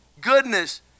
goodness